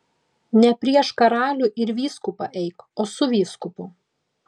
ne prieš karalių ir vyskupą eik o su vyskupu